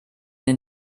den